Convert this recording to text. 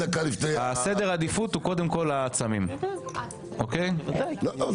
סדר העדיפות הוא קודם כל הצמים, בסדר?